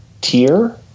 tier